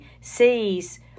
sees